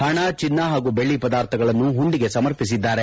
ಹಣ ಚಿನ್ನ ಹಾಗೂ ಬೆಳ್ಳ ಪದಾರ್ಥಗಳನ್ನು ಹುಂಡಿಗೆ ಸಮರ್ಪಿಸಿದ್ದಾರೆ